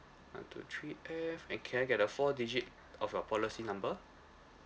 one two three F and can I get the four digit of your policy number